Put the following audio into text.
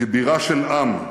כבירה של עם,